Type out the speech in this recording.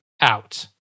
Out